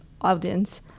audience